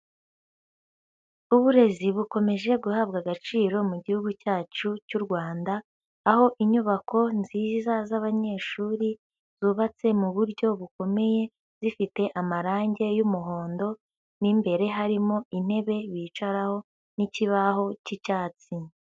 Uburezi bukomeje guhabwa agaciro mu gihugu cyacu cy'u Rwanda, aho inyubako nziza z'abanyeshuri, zubatse mu buryo bukomeye, zifite amarangi y'umuhondo n'imbere harimo intebe bicaraho n'ikibaho cy'icyatsi.